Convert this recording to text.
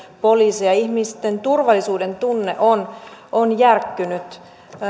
poliiseja ihmisten turvallisuudentunne on on järkkynyt